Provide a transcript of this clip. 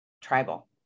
tribal